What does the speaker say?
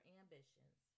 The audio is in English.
ambitions